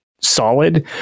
solid